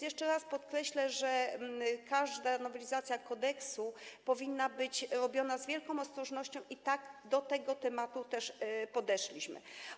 Jeszcze raz podkreślę, że każda nowelizacja kodeksu powinna być robiona z wielką ostrożnością i tak do tego tematu podeszliśmy.